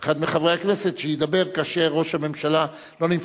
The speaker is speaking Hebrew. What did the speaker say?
אחד מחברי הכנסת שידבר כאשר ראש הממשלה לא נמצא.